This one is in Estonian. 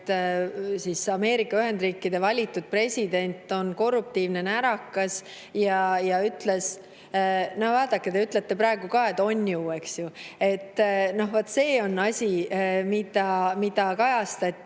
et Ameerika Ühendriikide valitud president on korruptiivne närakas. No vaadake, te ütlete praegu ka: "On ju", eks ju. Vaat see on asi, mida kajastati